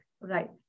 Right